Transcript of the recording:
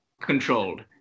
controlled